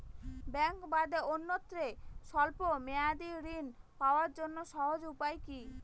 ব্যাঙ্কে বাদে অন্যত্র স্বল্প মেয়াদি ঋণ পাওয়ার জন্য সহজ উপায় কি?